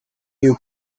you